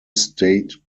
state